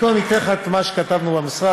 אני קודם אתן לך את מה שכתבנו במשרד,